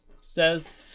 Says